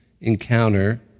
encounter